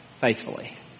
faithfully